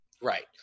Right